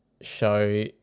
show